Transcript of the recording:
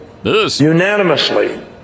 Unanimously